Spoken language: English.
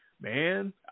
man